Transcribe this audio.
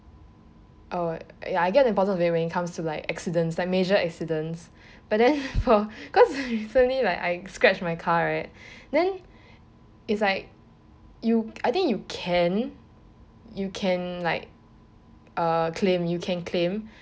uh ya I get the importance when it comes to like accidents like major accidents but then for because recently like I scratched my car right then is like you I think you can you can like uh claim you can claim